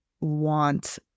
want